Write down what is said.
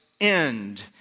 end